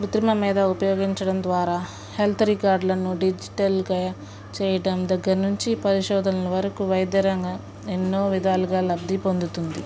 కృత్రిమ మేధా ఉపయోగించడం ద్వారా హెల్త్ రికార్డులను డిజిటల్గా చేయడం దగ్గర నుంచి పరిశోధనల వరకు వైద్యరంగం ఎన్నో విధాలుగా లబ్ధి పొందుతుంది